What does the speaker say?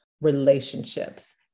relationships